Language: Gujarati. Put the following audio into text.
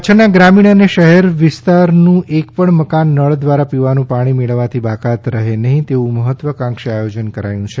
કચ્છના ગ્રામીણ અને શહેરી વિસ્તારનું એક પણ મકાન નળ દ્વારા પીવાનું પાણી મેળવવાથી બાકાત રહે નહિ તેવું મહત્વાકાંક્ષી આયોજન કરાયું છે